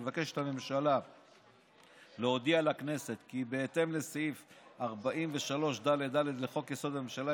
מבקשת הממשלה להודיע לכנסת כי בהתאם לסעיף 43ד(ד) לחוק-יסוד: הממשלה,